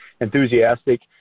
enthusiastic